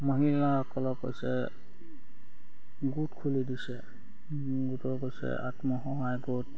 মহিলাসকলক কৈছে গোট খুলি দিছে গোটৰ কৈছে আত্মসহায়ক গোট